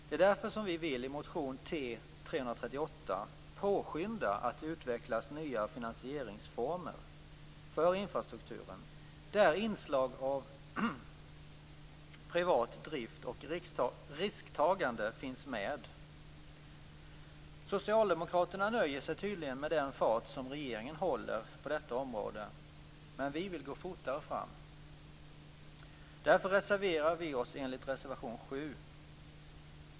Det är därför som vi i motion T338 vill påskynda att det utvecklas nya finansieringsformer för infrastrukturen där inslag av privat drift och risktagande finns med. Socialdemokraterna nöjer sig tydligen med den fart som regeringen håller på detta område, men vi vill gå fortare fram. Därför reserverar vi oss enligt reservation 7.